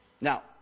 Now